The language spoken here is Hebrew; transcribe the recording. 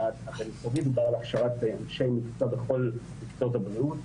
הבין משרדית דובר על הכשרת אנשי מקצוע בכל מקצועות הבריאות.